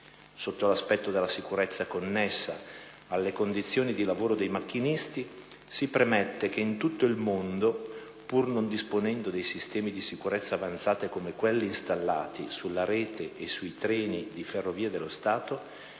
Sotto l'aspetto della sicurezza connessa alle condizioni di lavoro dei macchinisti, si premette che in tutto il mondo, pur non disponendo dei sistemi di sicurezza avanzati come quelli installati sulla rete e sui treni di Ferrovie dello Stato,